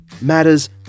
matters